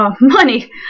money